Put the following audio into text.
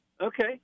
Okay